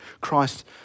Christ